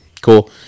cool